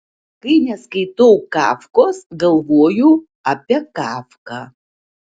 kai neskaitau kafkos galvoju apie kafką